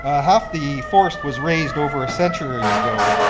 ah half the forest was razed over a century ago.